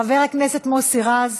חבר הכנסת מוסי רז.